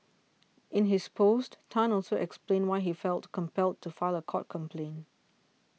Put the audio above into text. in his post Tan also explained why he felt compelled to file a court application